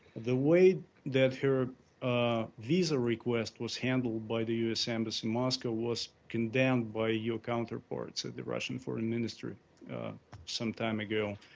the way that her ah visa request was handled by the u s. embassy in moscow was condemned by your counterparts at the russian foreign ministry some time ago.